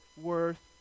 worth